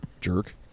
Jerk